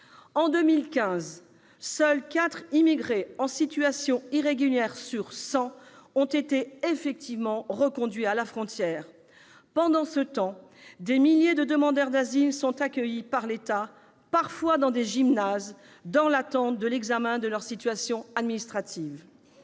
En 2015, seuls quatre immigrés en situation irrégulière sur cent ont été effectivement reconduits à la frontière. Pendant ce temps, des milliers de demandeurs d'asile sont accueillis par l'État, parfois dans des gymnases, dans l'attente de l'examen de leur situation administrative.